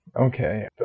Okay